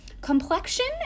complexion